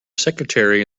secretary